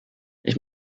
ich